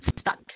stuck